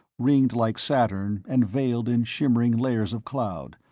ringed like saturn and veiled in shimmering layers of cloud,